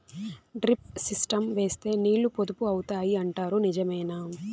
Drip system వేస్తే నీళ్లు పొదుపు అవుతాయి అంటారు నిజమేనా?